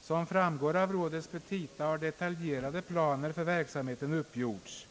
Såsom framgår av rådets petita har detaljerade planer för verksamheten uppgjorts.